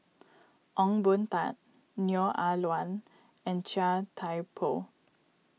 Ong Boon Tat Neo Ah Luan and Chia Thye Poh